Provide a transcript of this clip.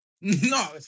No